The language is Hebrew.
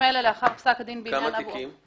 כמה תיקים?